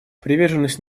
приверженность